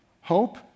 Hope